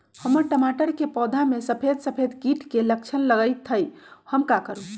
हमर टमाटर के पौधा में सफेद सफेद कीट के लक्षण लगई थई हम का करू?